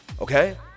Okay